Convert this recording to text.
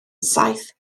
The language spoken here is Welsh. saith